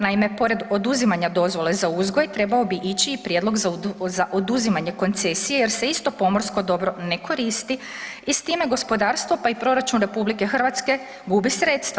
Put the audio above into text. Naime, pored oduzimanja dozvole za uzgoj trebao bi ići i prijedlog za oduzimanje koncesije jer se isto pomorsko dobro ne koristi i s time gospodarstvo, pa i proračun RH gubi sredstva.